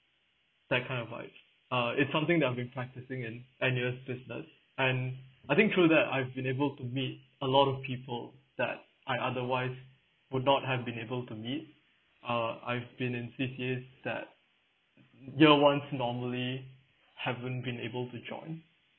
that kind of like uh it's something that I've been practising in ten years business and I think through that I've been able to meet a lot of people that I otherwise would not have been able to meet uh I've been in C_C_A that year one normally haven't been able to join